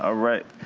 ah right,